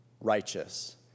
righteous